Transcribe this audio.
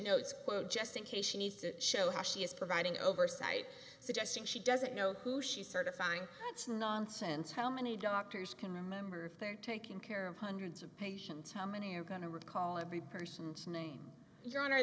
nodes just in case she needs to show how she is providing oversight suggesting she doesn't know who she is certifying that's nonsense how many doctors can remember if they're taking care of hundreds of patients how many are going to recall every person's name your honor